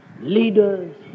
leaders